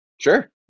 Sure